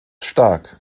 stark